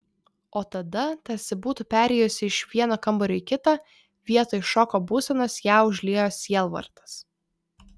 o tada tarsi būtų perėjusi iš vieno kambario į kitą vietoj šoko būsenos ją užliejo sielvartas